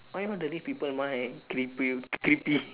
why you want to read people mind creepy creepy